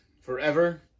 forever